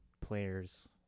players